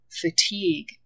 fatigue